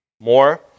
More